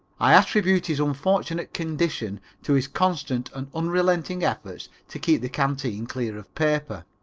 i attribute his unfortunate condition to his constant and unrelenting efforts to keep the canteen clear of paper.